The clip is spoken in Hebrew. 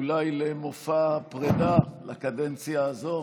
אולי למופע פרידה לקדנציה הזאת,